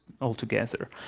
altogether